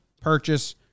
purchase